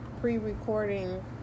pre-recording